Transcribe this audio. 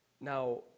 Now